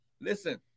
listen